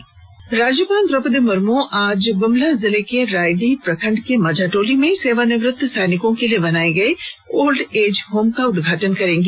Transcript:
राज्यपाल गुमला दौरा राज्यपाल द्रौपदी मुर्मू आज गुमला जिले के रायडीह प्रखंड के माझाटोली में सेवानिवृत सैनिकों के लिए बनाए गए ओल्ड एज होम का उदघाटन करेंगी